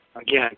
Again